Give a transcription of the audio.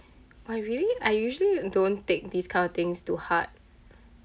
I really I usually don't take these kind of things to heart